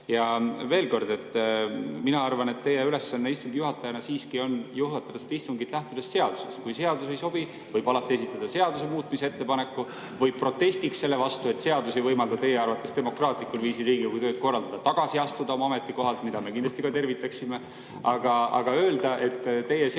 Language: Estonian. Veel kord: mina arvan, et teie ülesanne istungi juhatajana siiski on juhatada seda istungit, lähtudes seadusest. Kui seadus ei sobi, võib alati esitada seaduse muutmise ettepaneku, võib protestiks selle vastu, et seadus ei võimalda teie arvates demokraatlikul viisil Riigikogu tööd korraldada, tagasi astuda oma ametikohalt, mida me kindlasti ka tervitaksime. Aga öelda, et teie ei